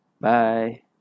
Bye